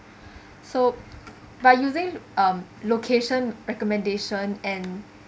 so by using um location recommendation and